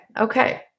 Okay